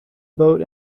boat